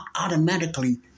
automatically